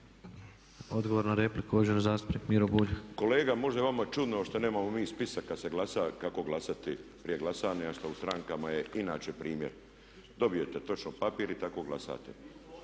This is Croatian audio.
Odgovor na repliku uvaženi zastupnik Miro Bulj. **Bulj, Miro (MOST)** Kolega možda je vama čudno što nemamo mi spisak kada se glasa kako glasati prije glasanja što u strankama je inače primjer. Dobijete točno papir i tako glasate.